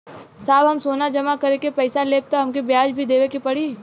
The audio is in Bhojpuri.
साहब हम सोना जमा करके पैसा लेब त हमके ब्याज भी देवे के पड़ी?